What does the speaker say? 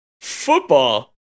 Football